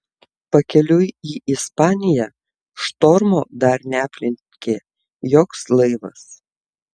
pakeliui į ispaniją štormo dar neaplenkė joks laivas